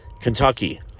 Kentucky